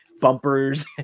bumpers